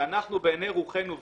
ואנחנו בעיני רוחנו,